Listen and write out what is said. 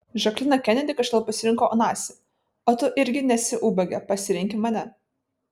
žaklina kenedi kažkodėl pasirinko onasį o tu irgi nesi ubagė pasirenki mane